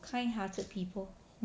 kind hearted people